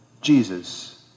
Jesus